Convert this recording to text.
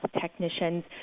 technicians